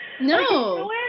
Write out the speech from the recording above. no